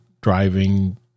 driving